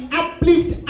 uplift